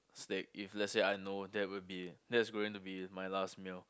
steak if let say I know that would be that's going to be my last meal